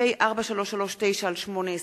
פ/4339/18